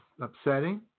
upsetting